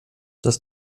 das